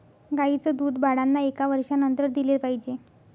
गाईचं दूध बाळांना एका वर्षानंतर दिले पाहिजे